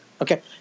Okay